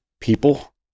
people